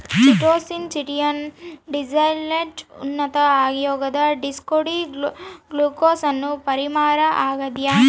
chitosan chitin ನ deacetylated ಉತ್ಪನ್ನ ಆಗ್ಯದ ಡಿಯೋಕ್ಸಿ ಡಿ ಗ್ಲೂಕೋಸ್ನ ಪಾಲಿಮರ್ ಆಗ್ಯಾದ